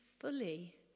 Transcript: fully